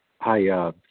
Hi